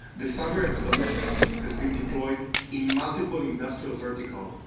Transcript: the cyberx solution has been deployed in multiple industrial verticals,